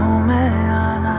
man